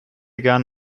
gern